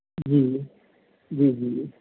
ਜੀ ਜੀ ਜੀ